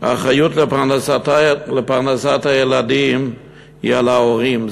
האחריות לפרנסת הילדים היא על ההורים,